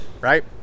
right